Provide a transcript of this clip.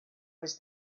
was